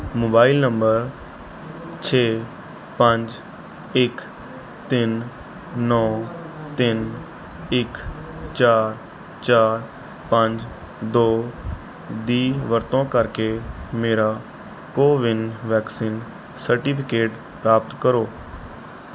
mobile number ਛੇ ਪੰਜ ਇੱਕ ਤਿੰਨ ਨੌ ਤਿੰਨ ਇੱਕ ਚਾਰ ਚਾਰ ਪੰਜ ਦੋ ਦੀ ਵਰਤੋਂ ਕਰਕੇ ਮੇਰਾ ਕੋਵਿਨ ਵੈਕਸੀਨ ਸਰਟੀਫਿਕੇਟ ਪ੍ਰਾਪਤ ਕਰੋ